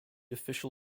official